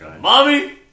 Mommy